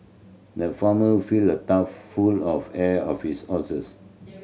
the farmer filled a trough full of hay of his horses